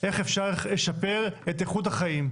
איך אפשר לשפר את איכות החיים,